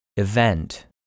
Event